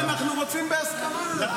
מיקי, אנחנו רוצים בהסכמה.